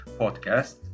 podcast